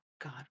God